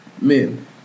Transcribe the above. Men